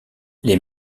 les